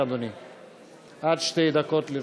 תודה, גברתי.